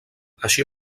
així